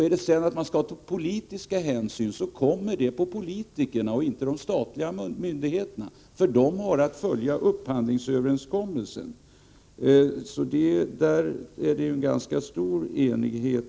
Är det sedan så, att man skall ta politiska hänsyn, då ankommer detta på politikerna och inte på de statliga myndigheterna. De har att följa upphandlingsöverenskommelsen. På den punkten råder en bred enighet.